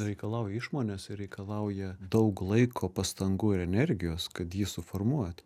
reikalauja išmonės ir reikalauja daug laiko pastangų ir energijos kad jį suformuoti